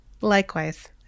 Likewise